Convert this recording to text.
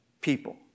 people